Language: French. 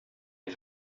des